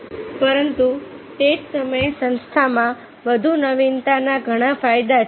પરંતુ તે જ સમયે સંસ્થામાં વધુ નવીનતાના ઘણા ફાયદા છે